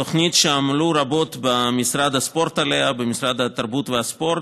תוכנית שעמלו עליה רבות במשרד התרבות והספורט,